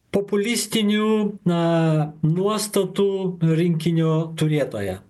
populistinių na nuostatų rinkinio turėtoja